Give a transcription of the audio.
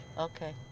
Okay